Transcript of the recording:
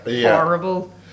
horrible